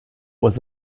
was